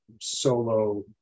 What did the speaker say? solo